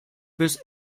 bis